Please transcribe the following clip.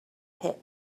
pit